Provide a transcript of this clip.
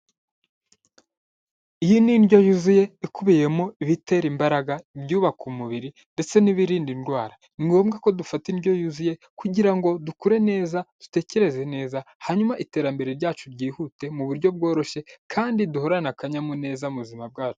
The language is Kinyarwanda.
Iyi ni indyo yuzuye ikubiyemo ibitera imbaraga, ibyubaka umubiri ndetse n'ibirinda indwara, ni ngombwa ko dufata indyo yuzuye kugira ngo dukure neza, dutekereze neza, hanyuma iterambere ryacu ryihute mu buryo bworoshye kandi duhorane akanyamuneza mu mubuzima bwacu.